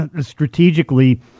strategically